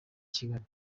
kigali